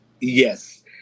Yes